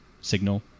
signal